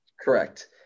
Correct